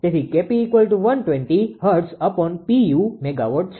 તેથી 𝐾𝑝120 Hzpu MW છે